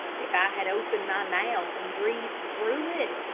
if i had opened my mouth, and breathed through it,